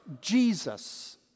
Jesus